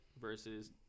versus